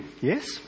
yes